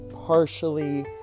partially